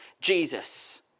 Jesus